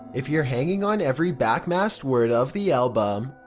if you're hanging on every backmasked word of the album,